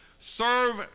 Serve